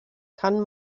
kann